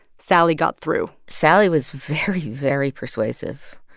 sally got through sally was very, very persuasive.